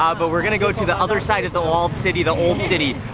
ah but we're gonna go to the other side of the walled city, the old city,